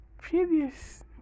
Previous